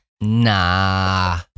nah